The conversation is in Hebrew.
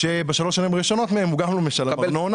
כשבשלוש השנים הראשונות מהן הוא גם לא משלם ארנונה,